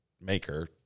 maker